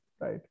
Right